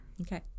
Okay